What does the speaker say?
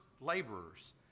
laborers